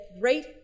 great